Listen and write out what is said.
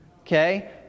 Okay